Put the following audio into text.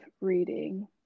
reading